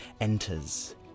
enters